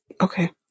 okay